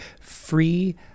free